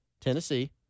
Tennessee